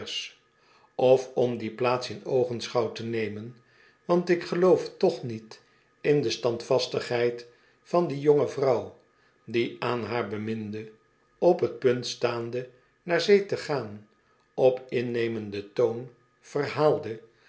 of om die plaats in oogenschouw te nemen want ik geloof toch niet in de standvastigheid van die jonge vrouw die aan haar beminde op t punt staande naar zee te gaan op innemenden toon verhaalde